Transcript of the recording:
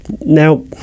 now